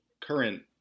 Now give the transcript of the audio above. current